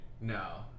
No